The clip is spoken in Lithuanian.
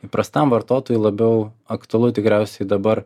įprastam vartotojui labiau aktualu tikriausiai dabar